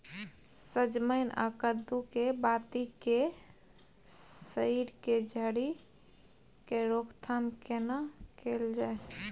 सजमैन आ कद्दू के बाती के सईर के झरि के रोकथाम केना कैल जाय?